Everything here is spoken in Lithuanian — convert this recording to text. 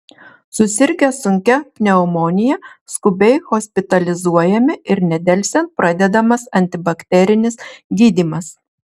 susirgę sunkia pneumonija skubiai hospitalizuojami ir nedelsiant pradedamas antibakterinis gydymas